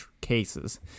cases